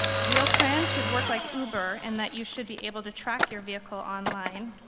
wheel-trans should work like uber and that you should be able to track your vehicle online.